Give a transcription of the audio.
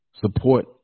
support